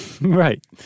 Right